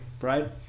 right